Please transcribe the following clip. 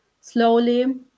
slowly